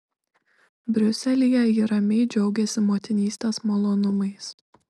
briuselyje ji ramiai džiaugiasi motinystės malonumais